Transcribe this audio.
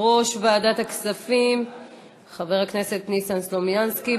יושב-ראש ועדת הכספים ניסן סלומינסקי,